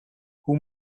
hoe